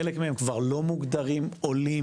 חלק מהם כבר לא מוגדרים עולים,